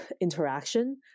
interaction